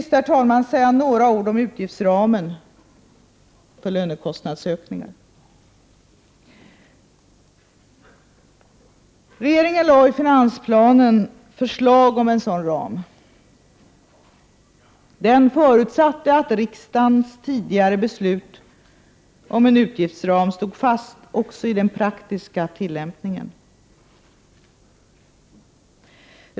Låt mig till sist säga några ord om utgiftsramen för lönekostnadsökningar. Regeringen lade i finansplanen fram förslag om en sådan ram. Den förutsatte att riksdagens tidigare beslut om en utgiftsram stod fast också i den praktiska tillämpningen.